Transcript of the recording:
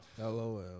LOL